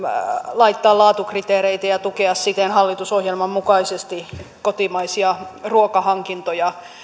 laittaa laatukriteereitä ja tukea siten hallitusohjelman mukaisesti kotimaisia ruokahankintoja